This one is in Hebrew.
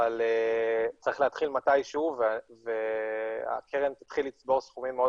אבל צריך להתחיל מתי שהוא והקרן תתחיל לצבור סכומים מאוד